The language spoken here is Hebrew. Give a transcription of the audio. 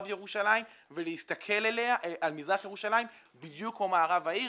ירושלים ולהסתכל על מזרח ירושלים בדיוק כמו על מערב העיר.